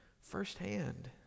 firsthand